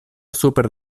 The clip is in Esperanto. super